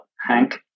Hank